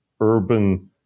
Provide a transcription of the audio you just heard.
urban